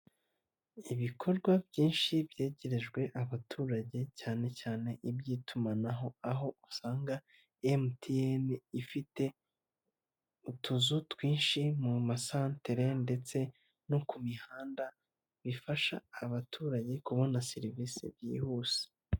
Ibikorwa byinshi byegerejwe abaturage cyane cyane iby'itumanaho, aho usanga MTN ifite utuzu twinshi mu masantere ndetse no ku mihanda, bifasha abaturanyi kubona serivisi byihuse.